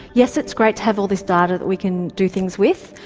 yes, it's great to have all this data that we can do things with,